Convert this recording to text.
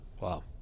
Wow